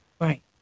right